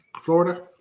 Florida